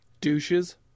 Douches